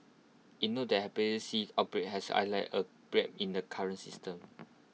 IT noted that Hepatitis C outbreak has highlighted A bred in the current system